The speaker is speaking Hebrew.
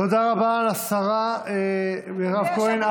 תודה לשרה מירב כהן.